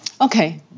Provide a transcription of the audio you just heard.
Okay